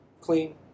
clean